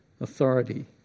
authority